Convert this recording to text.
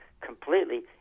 completely